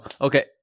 Okay